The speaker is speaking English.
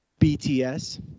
BTS